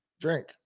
drink